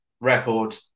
record